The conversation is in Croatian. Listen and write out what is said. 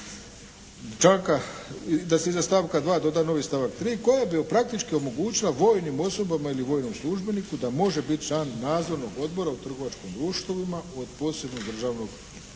da se iza stavka 2. doda novi stavak 3. koji bi praktički omogućila vojnom osobama ili vojnom službeniku da može biti član nadzornog odbora u trgovačkim društvima od posebnog državnog.